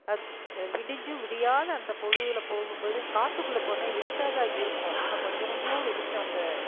அத் விடிஞ்சும் விடியாத அந்த பொழுதில் போகும்போது காட்டுக்குள்ளே போனால் இருட்டாக தான் இருக்கும் ஆனால் கொஞ்சம் கொஞ்சம் வெளிச்சம் அந்த